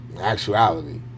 actuality